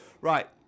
right